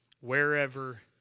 wherever